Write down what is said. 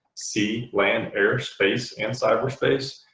sea, land, airspace and cyberspace.